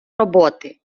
роботи